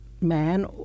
man